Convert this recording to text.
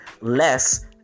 less